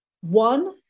one